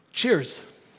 cheers